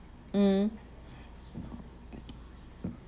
mm